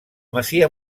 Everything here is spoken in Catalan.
masia